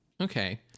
Okay